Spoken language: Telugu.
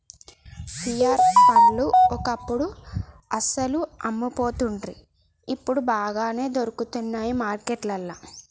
పియార్ పండ్లు ఒకప్పుడు అస్సలు అమ్మపోతుండ్రి ఇప్పుడు బాగానే దొరుకుతానయ్ మార్కెట్లల్లా